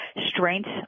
strength